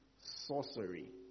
sorcery